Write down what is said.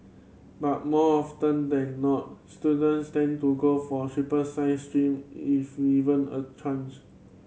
but more often than not students tend to go for triple science stream if even a chance